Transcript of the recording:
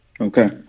Okay